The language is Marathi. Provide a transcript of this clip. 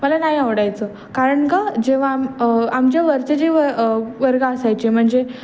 मला नाही आवडायचं कारण का जेव्हा आम आमच्या वरचे जे वर्ग असायचे म्हणजे